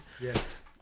Yes